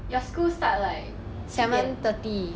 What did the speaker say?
your school start like 七点